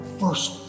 first